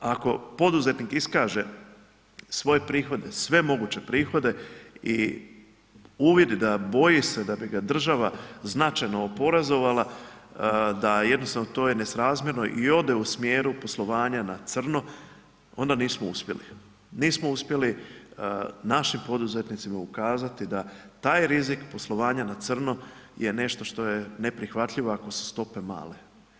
Ako poduzetnik iskaže svoje prihode, sve moguće prihode i uvidi, boji se da bi ga država značajno oporezovala da jednostavno to je nesrazmjerno i ode u smjeru poslovanja na crno, onda nismo uspjeli, nismo uspjeli našim poduzetnicima ukazati da taj rizik poslovanja na crno je nešto što je neprihvatljivo ako su stope male.